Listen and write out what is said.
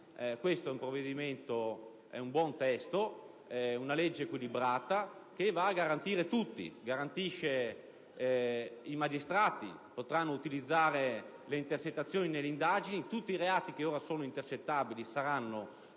questo è un buon testo, che reca una normativa equilibrata, che va a garantire tutti. Garantisce i magistrati, che potranno utilizzare le intercettazioni nelle indagini: tutti i reati che ora sono intercettabili saranno